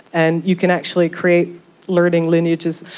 and you can actually create learning lineages.